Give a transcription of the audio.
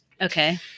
Okay